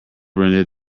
rented